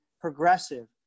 progressive